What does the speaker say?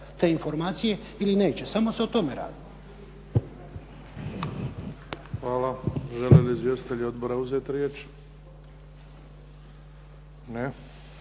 te informacije ili neće. Samo se o tome radi. **Bebić, Luka (HDZ)** Hvala. Žele li izvjestitelji odbora uzeti riječ? Ne.